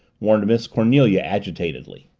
warned miss cornelia agitatedly.